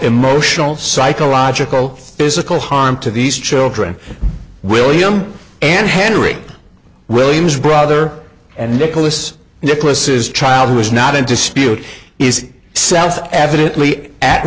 emotional psychological physical harm to these children william and henry williams brother and nicholas nicholas is child who is not in dispute is self evidently at